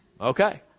Okay